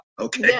Okay